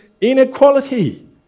inequality